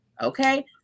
okay